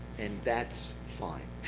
and that's fine.